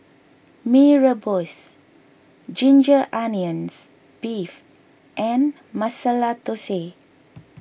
Mee Rebus Ginger Onions Beef and Masala Thosai